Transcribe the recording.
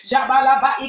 Jabalaba